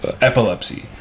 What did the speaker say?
epilepsy